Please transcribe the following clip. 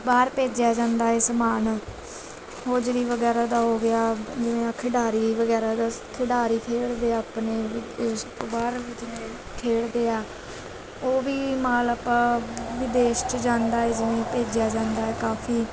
ਬਾਹਰ ਭੇਜਿਆ ਜਾਂਦਾ ਹੈ ਸਮਾਨ ਹੋਜਰੀ ਵਗੈਰਾ ਦਾ ਹੋ ਗਿਆ ਜਿਵੇਂ ਆ ਖਿਡਾਰੀ ਵਗੈਰਾ ਦਾ ਖਿਡਾਰੀ ਖੇਡਦੇ ਆ ਆਪਣੇ ਵੀ ਦੇਸ਼ ਤੋਂ ਬਾਹਰ ਜਿਵੇਂ ਖੇਡਦੇ ਆ ਉਹ ਵੀ ਮਾਲ ਆਪਾਂ ਵਿਦੇਸ਼ 'ਚ ਜਾਂਦਾ ਹੈ ਜਿਵੇਂ ਭੇਜਿਆ ਜਾਂਦਾ ਹੈ ਕਾਫ਼ੀ